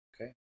Okay